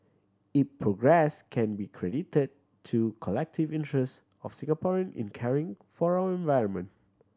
it progress can be credited to collective interests of Singaporean in caring for our environment